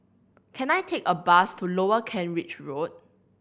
can I take a bus to Lower Kent Ridge Road